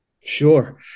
Sure